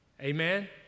Amen